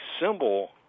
symbol